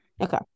Okay